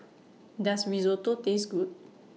Does Risotto Taste Good